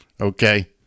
Okay